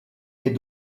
est